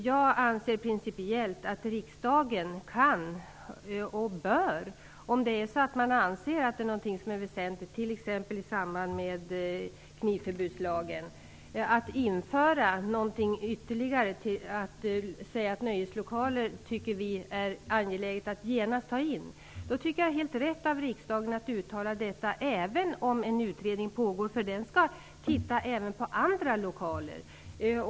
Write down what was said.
Jag anser principiellt att riksdagen kan och bör uttala sig om man anser att något är väsentligt, t.ex. i samband med knivförbudslagen och nöjeslokaler. Det är helt rätt att uttala sig även om utredningen pågår, för den skall titta även på andra lokaler.